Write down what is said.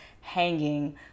hanging